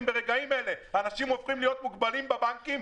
ברגעים אלה אנשים הופכים להיות מוגבלים בבנקים,